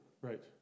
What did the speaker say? Right